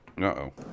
Uh-oh